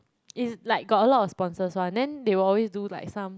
is like got a lot of sponsors [one] then they will always do like some